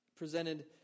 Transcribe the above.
presented